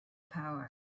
power